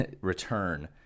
return